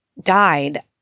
died